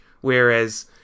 whereas